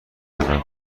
روم